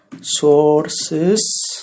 sources